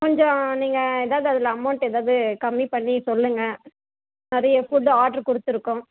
கொஞ்சம் நீங்கள் ஏதாவது அதில் அமௌண்ட்டு ஏதாவது கம்மி பண்ணி சொல்லுங்கள் நிறைய ஃபுட்டு ஆட்ரு கொடுத்துருக்கோம்